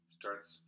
starts